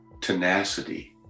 tenacity